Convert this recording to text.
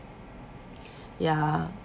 ya